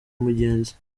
mugenzi